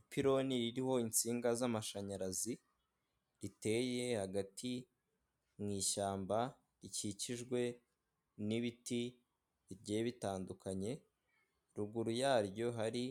Ipironi ririho insinga z'amashanyarazi riteye hagati mu ishyamba rikikijwe n'ibiti bigiye e bitandukanye ruguru yaryo hari